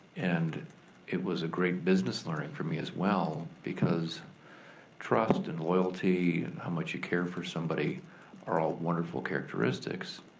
and it was a great business learning for me as well, because trust and loyalty and how much you care for somebody are all wonderful characteristics,